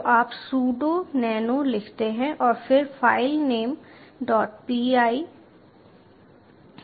तो आप sudo nano लिखते हैं और फिर filenamepy